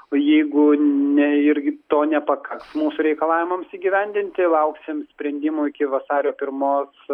o jeigu ne irgi to nepakaks mūsų reikalavimams įgyvendinti lauksim sprendimų iki vasario pirmos